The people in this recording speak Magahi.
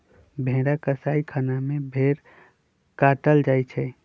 भेड़ा कसाइ खना में भेड़ काटल जाइ छइ